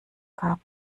gab